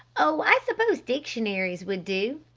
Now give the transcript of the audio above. oh, i suppose dictionaries would do,